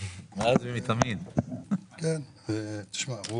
מאז ומתמיד זאת גישה של ישראל ביתנו.